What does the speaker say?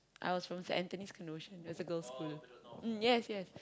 I was from Saint-Anthony-Canossian that's a girls' school mm yes yes